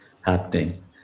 happening